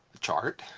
chart,